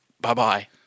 Bye-bye